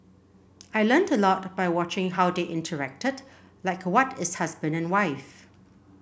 I learnt a lot by watching how they interacted like what is husband and wife